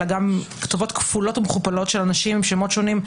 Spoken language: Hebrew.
אלא גם כתובות כפולות ומכופלות של אנשים בשמות שונים,